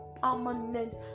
permanent